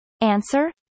Answer